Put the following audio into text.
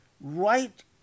right